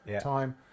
time